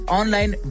online